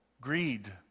greed